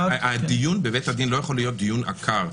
הדיון בבית הדין לא יכול להיות דיון עקר.